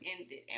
ended